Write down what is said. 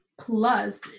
Plus